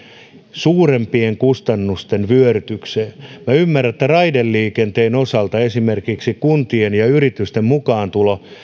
suurempien kustannusten vyörytykseen minä ymmärrän että raideliikenteen osalta esimerkiksi kuntien ja yritysten mukaantulo